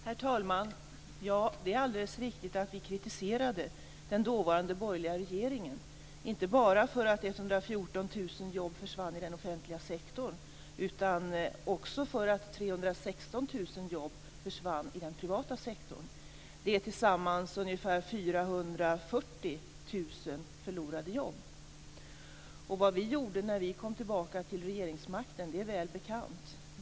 Herr talman! Det är alldeles riktigt att vi kritiserade den dåvarande borgerliga regeringen, inte bara för att 114 000 jobb försvann i den offentliga sektorn utan också för att 316 000 jobb försvann i den privata sektorn. Det blir tillsammans ca 440 000 förlorade jobb. Vad vi gjorde när vi kom tillbaka till regeringsmakten är väl bekant.